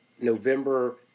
November